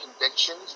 convictions